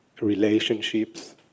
relationships